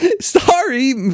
Sorry